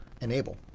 enable